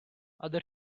other